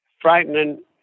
frightening